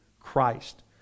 Christ